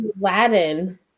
Aladdin